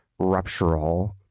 ruptural